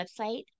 website